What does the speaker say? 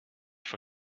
for